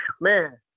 man